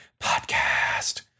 Podcast